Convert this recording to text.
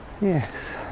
Yes